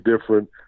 different